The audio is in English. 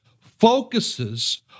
focuses